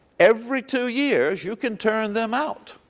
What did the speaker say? every two years you can turn them out.